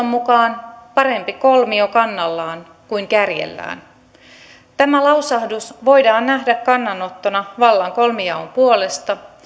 mukaan parempi kolmio kannallaan kuin kärjellään tämä lausahdus voidaan nähdä kannanottona vallan kolmijaon puolesta